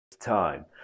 time